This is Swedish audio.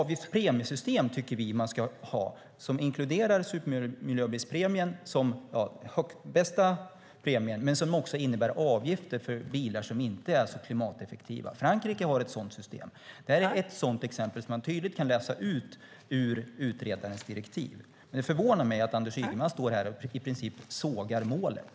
Vi tycker att man ska ha ett premiesystem där supermiljöbilspremien är den högsta premien, men det ska också innebära avgifter för bilar som inte är klimateffektiva. Frankrike har ett sådant system. Det är ett exempel som man tydligt kan läsa ut ur utredarens direktiv. Det förvånar mig att Anders Ygeman står här och i princip sågar målet.